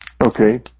Okay